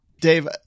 Dave